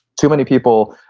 too many people,